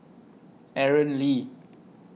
Aaron Lee